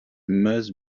must